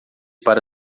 para